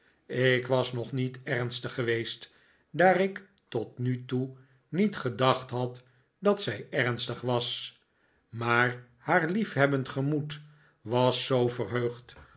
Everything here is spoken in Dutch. ik was nog niet ernstig geweest daar ik tot nu toe niet gedacht had dat zij ernstig was maar haar liefhebbend gemoed was zoo verheugd